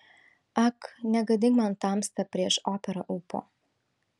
ak negadink man tamsta prieš operą ūpo